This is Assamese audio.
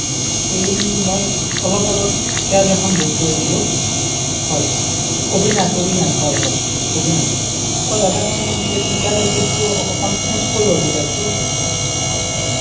এই মই অলপ আগত কেব এখন বুক কৰিছিলোঁ হয় হয় অবিনাশ অবিনাশ হয় হয় অবিনাশ অঁ দাদা মই এই পিক আপ এড্ৰেছটো অল অকণ চেঞ্জ কৰিব বিচাৰিছোঁ